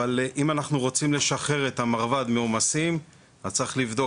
אבל אם אנחנו רוצים לשחרר את המרב"ד מעומסים אז צריך לבדוק